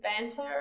banter